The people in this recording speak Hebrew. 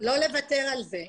לא לוותר על זה.